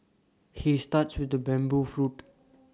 he starts with the bamboo flute